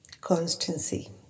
constancy